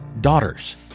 daughters